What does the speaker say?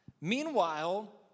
Meanwhile